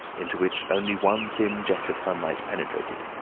into which only one thin jet of sunlight penetrated,